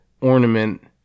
ornament